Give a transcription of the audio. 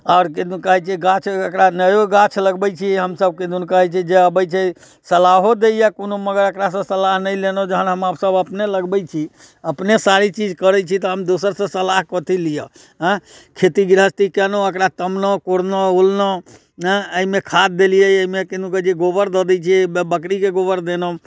आओर किदुन कहैत छै गाछ एकरा नयो गाछ लगबैत छियै हमसभ किदुन कहैत छै जे अबैत छै सलाहो दैए कोनो मगर एकरासँ सलाह नहि लेलहुँ जखन हमरासभ अपने लगबैत छी अपने सारी चीज करैत छी तऽ हम दोसरसँ सलाह कथी लिअ आँय खेती गृहस्थी केलहुँ एकरा तमलहुँ कोरलहुँ ओललहुँ हँ एहिमे खाद देलियै एहिमे किदुन कहैत छै गोबर दऽ दैत छियै बकरीके गोबर देलहुँ